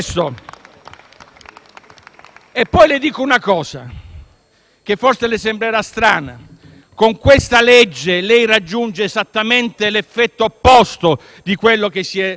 Le dico anche una cosa, che forse le sembrerà strana: con questa legge, lei raggiunge esattamente l'effetto opposto a quello che si è prefissato;